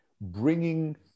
bringing